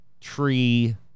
tree